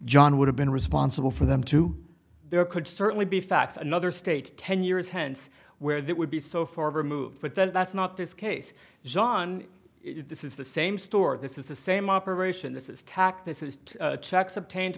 john would have been responsible for them to there could certainly be facts another state ten years hence where that would be so far removed but that's not this case john this is the same store this is the same operation this is tac this is checks obtained